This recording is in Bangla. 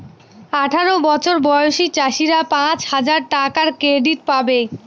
আঠারো বছর বয়সী চাষীরা পাঁচ হাজার টাকার ক্রেডিট পাবে